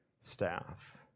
staff